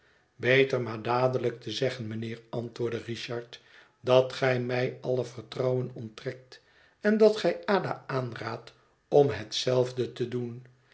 beter maar dadelijk te zeggen mijnheer antwoordde richard dat gij mij alle vertrouwen onttrekt en dat gij ada aanraadt om hetzelfde te doen